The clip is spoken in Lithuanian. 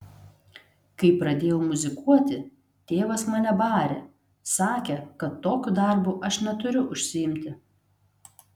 kai pradėjau muzikuoti tėvas mane barė sakė kad tokiu darbu aš neturiu užsiimti